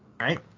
Right